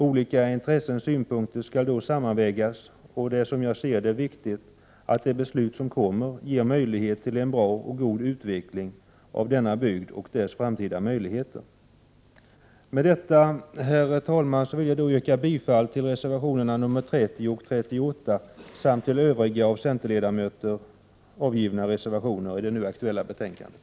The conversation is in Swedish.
Olika intressen och synpunkter skall då sammanvägas, och det är, som jag ser det, viktigt att det beslut som fattas ger möjlighet till en bra och god utveckling av bygden och dess framtid. Med detta, herr talman, vill jag yrka bifall till reservationerna nr 30 och 38 samt till övriga av centerledamöter avgivna reservationer i det nu aktuella betänkandet.